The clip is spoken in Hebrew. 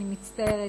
אני מצטערת,